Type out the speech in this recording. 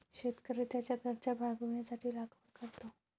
शेतकरी त्याच्या गरजा भागविण्यासाठी लागवड करतो